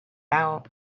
out